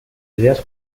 ideas